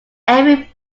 every